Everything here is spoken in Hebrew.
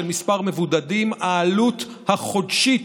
העלות החודשית,